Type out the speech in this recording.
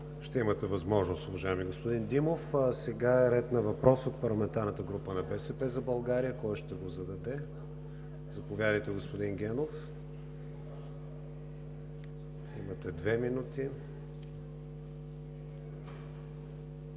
Ще имате възможност, уважаеми господин Димов. Сега е ред на въпрос от парламентарната група на „БСП за България“. Кой ще го зададе? Заповядайте, господин Генов – имате две минути.